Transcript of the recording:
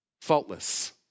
faultless